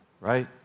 right